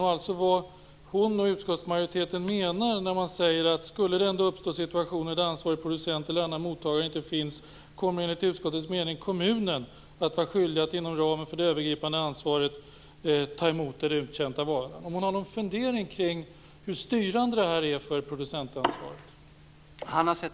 I betänkandet skriver utskottet: Skulle det ändå uppstå situationer där ansvarig producent eller annan mottagare inte finns kommer enligt utskottets mening kommunen att vara skyldig att inom ramen för det övergripande ansvaret ta emot den uttjänta varan. Vad menar hon och utskottsmajoriteten med detta? Har hon någon fundering kring hur styrande det här är för producentansvaret?